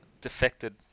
defected